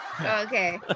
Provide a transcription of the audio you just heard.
Okay